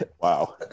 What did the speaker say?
Wow